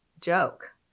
joke